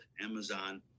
Amazon